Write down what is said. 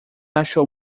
achou